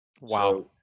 Wow